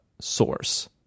source